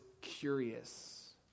curious